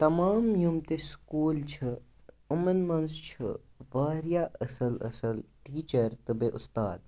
تَمام یِم تہِ سکوٗل چھِ یِمَن منٛز چھِ واریاہ اَصٕل اَصٕل ٹیٖچَر تہٕ بیٚیہِ اُستاد